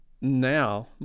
now